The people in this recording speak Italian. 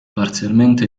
parzialmente